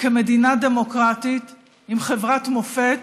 כמדינה דמוקרטית עם חברת מופת